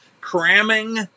cramming